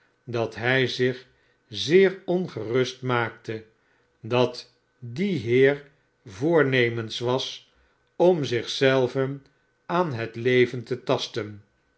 dat hij zich zeer ongerust maakte dat die heer voornemens was om zich zelven aan het leven te tasten